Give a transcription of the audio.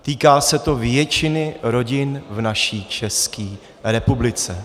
Týká se to většiny rodin v naší České republice.